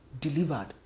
delivered